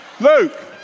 Luke